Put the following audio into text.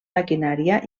maquinària